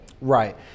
Right